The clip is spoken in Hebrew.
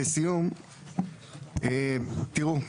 לסיום, תראו,